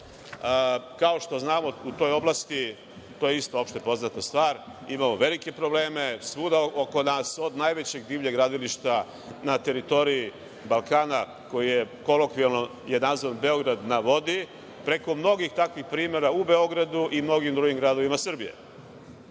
Kao što znamo, u toj oblasti, to je isto opštepoznata stvar, imamo velike probleme, svuda oko nas, od najvećeg divljeg gradilišta na teritoriji Balkana koji je kolokvijalno nazvan „Beograd na vodi“, preko mnogih takvih primera u Beogradu i mnogim drugim gradovima Srbije. Pre